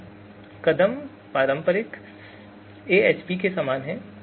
तो कदम पारंपरिक AHP के समान हैं